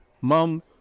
Mom